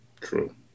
True